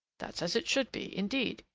that's as it should be indeed,